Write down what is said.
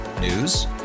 News